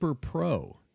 Pro